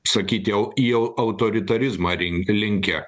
sakyti au į autoritarizmą rin linkę